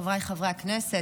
חבריי חברי הכנסת,